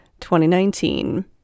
2019